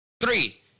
Three